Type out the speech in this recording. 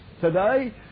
today